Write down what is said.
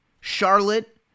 Charlotte